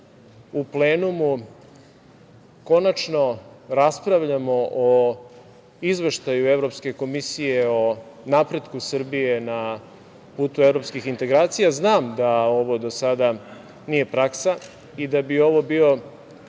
u plenumu konačno raspravljamo o Izveštaju Evropske komisije o napretku Srbije na putu evropskih integracija? Znam da ovo do sada nije praksa i da bi ovo bio